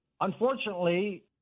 unfortunately